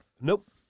Nope